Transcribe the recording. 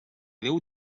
déu